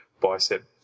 bicep